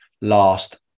last